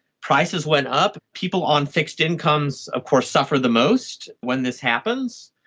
prices went up, people on fixed incomes of course suffered the most when this happens.